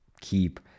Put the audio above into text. keep